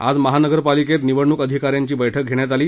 आज महापालिकेत निवडणुक अधिकाऱ्यांची बैठक घेण्यात आली